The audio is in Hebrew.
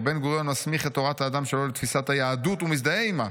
ובן-גוריון מסמיך את תורת האדם שלו לתפיסת היהדות ומזדהה עימה: